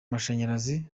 mashanyarazi